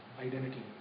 identity